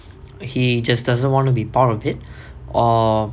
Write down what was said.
he just doesn't want to be part of it or